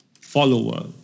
follower